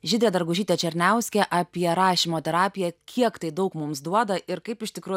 žydrę dargužytę černiauskę apie rašymo terapiją kiek tai daug mums duoda ir kaip iš tikrų